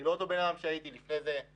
לא אותו בן אדם שהייתי לפני כן.